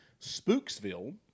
Spooksville